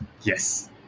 Yes